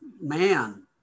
man